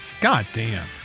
goddamn